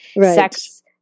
sex